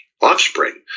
offspring